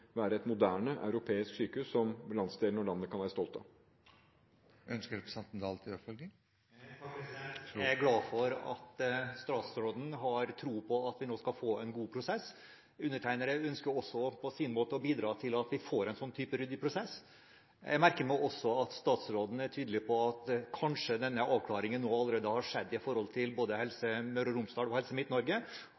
være et moderne, europeisk sykehus, som landsdelen og landet kan være stolt av. Takk, jeg er glad for at statsråden har tro på at vi nå skal få en god prosess. Jeg ønsker også på min måte å bidra til at vi får en slik ryddig prosess. Jeg merker meg også at statsråden er tydelig på at denne avklaringen kanskje allerede har skjedd både når det gjelder Helse